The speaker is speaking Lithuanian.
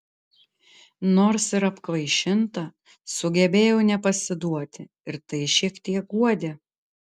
nors ir apkvaišinta sugebėjau nepasiduoti ir tai šiek tiek guodė